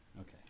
Okay